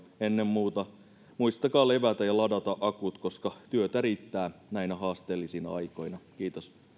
ennen muuta muistakaa levätä ja ladata akut koska työtä riittää näinä haasteellisina aikoina kiitos